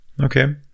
Okay